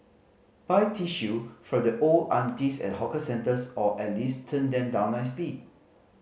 buy tissue from the old aunties at hawker centres or at least turn them down nicely